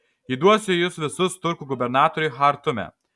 įduosiu jus visus turkų gubernatoriui chartume